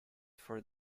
for